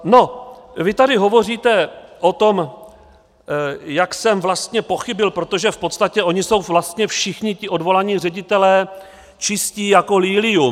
No, vy tady hovoříte o tom, jak jsem vlastně pochybil, protože v podstatě oni jsou vlastně všichni ti odvolaní ředitelé čistí jako lilium.